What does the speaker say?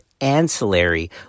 ancillary